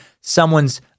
someone's